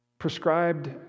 prescribed